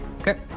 Okay